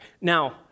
Now